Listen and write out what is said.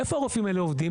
איפה הרופאים האלה עובדים?